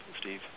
steve